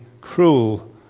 cruel